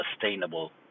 sustainable